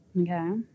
Okay